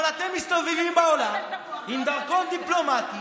אבל אתם מסתובבים בעולם עם דרכון דיפלומטי